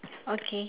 okay